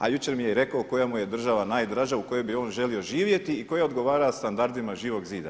A jučer mije rekao koja mu je država najdraža u kojoj bi on želio živjeti i koja odgovara standardima Živog zida.